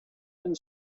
and